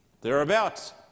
Thereabouts